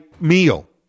meal